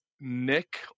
Nick